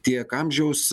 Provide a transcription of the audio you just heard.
tiek amžiaus